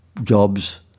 jobs